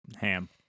Ham